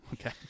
Okay